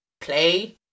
Play